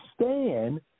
stand